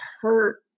hurt